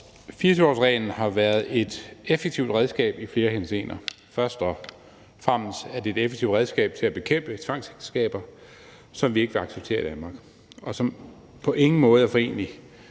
24-årsreglen har været et effektivt redskab i flere henseender. Først og fremmest er det et effektivt redskab til at bekæmpe tvangsægteskaber, som vi ikke vil acceptere i Danmark, og som på ingen måde er forenelige